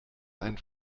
einen